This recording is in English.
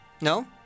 No